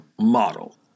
model